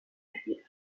puis